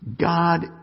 God